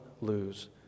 lose